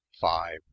five